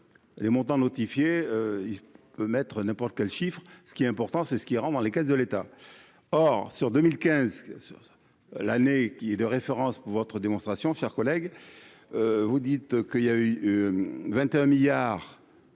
les montants notifié il peut mettre n'importe quel chiffre, ce qui est important, c'est ce qui rentre dans les caisses de l'État, or sur 2015 l'année qui est de référence pour votre démonstration, chers collègues, vous dites que, il y a eu 21 milliards